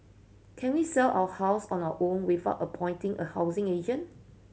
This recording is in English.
can we sell our house on our own without appointing a housing agent